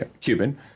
Cuban